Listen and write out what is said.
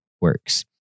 works